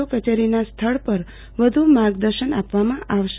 ઓ કચેરીના સ્થળ પર વધુ માર્ગદર્શન આપવામાં આવશે